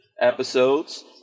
episodes